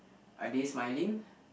are they smiling